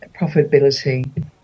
profitability